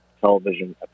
television